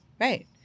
Right